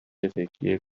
فکری